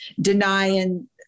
denying